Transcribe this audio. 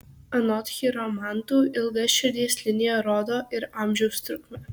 anot chiromantų ilga širdies linija rodo ir amžiaus trukmę